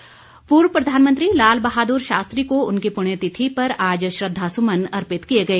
पुण्य तिथि पूर्व प्रधानमंत्री लाल बहादुर शास्त्री को उनकी पुण्य तिथि पर आज श्रद्धासुमन अर्पित किए गए